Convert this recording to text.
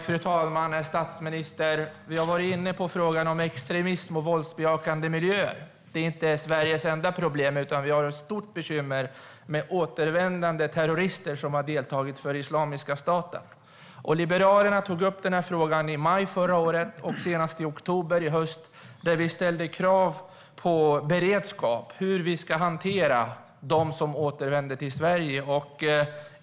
Fru talman och statsministern! Vi har varit inne på frågan om extremism och våldsbejakande miljöer. Det är inte Sveriges enda problem, utan vi har ett stort bekymmer med återvändande terrorister som har samarbetat med Islamiska staten. Liberalerna tog upp frågan i maj förra året, och nu senast i oktober. Vi ställde krav på beredskap för hur vi ska hantera dem som återvänder till Sverige.